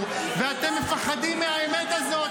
------- ואתם מפחדים מהאמת הזאת,